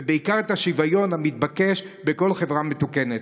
ובעיקר, את השוויון המתבקש בכל חברה מתוקנת.